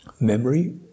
Memory